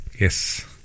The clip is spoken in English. Yes